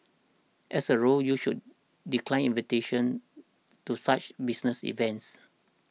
as a rule you should decline invitations to such business events